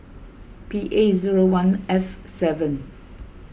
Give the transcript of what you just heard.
P A zero one F seven